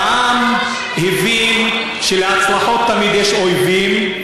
והעם הבין שלהצלחות תמיד יש אויבים.